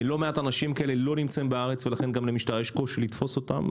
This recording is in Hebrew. לא מעט אנשים כאלה לא נמצאים בארץ ולכן גם למשטרה יש קושי לתפוס אותם,